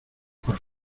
por